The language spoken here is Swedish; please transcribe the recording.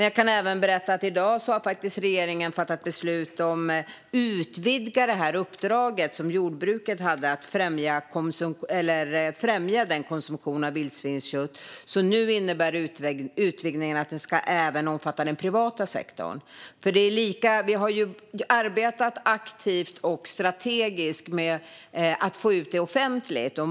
Jag kan även berätta att regeringen i dag har fattat beslut om att utvidga uppdraget som jordbruket hade att främja konsumtionen av vildsvinskött. Utvidgningen innebär att uppdraget nu ska omfatta även den privata sektorn. Vi har arbetat aktivt och strategiskt med att få ut vildsvinsköttet offentligt.